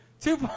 Two